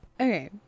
Okay